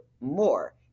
more